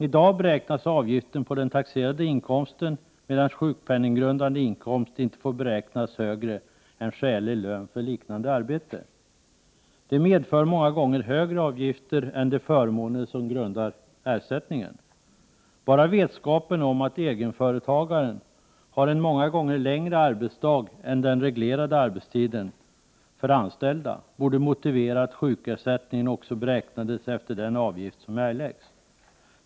I dag beräknas avgiften på den taxerade inkomsten, medan sjukpenninggrundande inkomst inte får beräknas högre än skälig lön för liknande arbete. Det medför många gånger högre avgifter än de förmåner som grundas på ersättningen. Bara vetskapen om att egenföretagaren har en många gånger längre arbetsdag än den reglerade arbetstiden för anställda borde motivera att sjukersättningen också beräknades efter den avgift som erläggs.